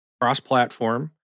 cross-platform